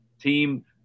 team